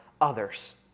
others